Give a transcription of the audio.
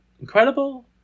incredible